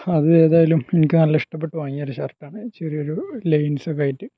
അതേതയാലും എനിക്ക് നല്ല ഇഷ്ടപ്പെട്ടു വാങ്ങിയ ഒരു ഷർട്ടാണ് ചെറിയൊരു ലൈൻസ്സൊക്കെ ആയിട്ട്